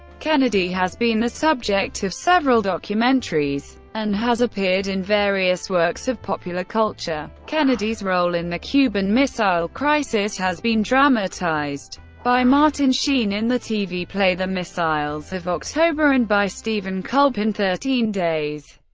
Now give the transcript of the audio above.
kennedy has been the subject of several documentaries and has appeared in various works of popular culture. kennedy's role in the cuban missile crisis has been dramatized by martin sheen in the tv play the missiles of october and by steven culp in thirteen days.